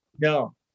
no